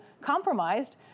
compromised